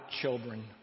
children